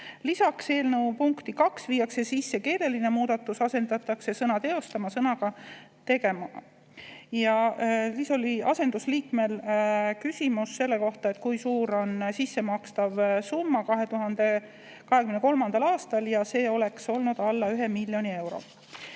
Lisaks, eelnõu punkti 2 viiakse sisse keeleline muudatus: asendatakse sõna "teostama" sõnaga "tegema". Siis oli asendusliikmel küsimus selle kohta, kui suur on sissemakstav summa 2023. aastal. See oleks olnud alla 1 miljoni euro.